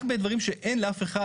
רק בדברים שאין לאף אחד,